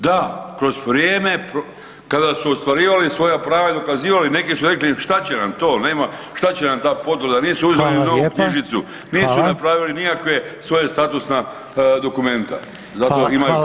Da, kroz vrijeme kada su ostvarivali svoja prava i dokazivali neki su rekli šta će nam to, nema, šta će nam ta potvrda, nisu uzeli ni novu knjižicu, nisu napravili nikakve svoje statusne dokumente zato imaju pravo…